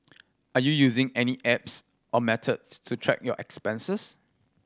are you using any apps or methods to track your expenses